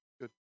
Good